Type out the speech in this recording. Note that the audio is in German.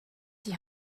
die